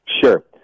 Sure